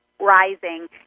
Rising